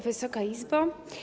Wysoka Izbo!